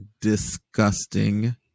disgusting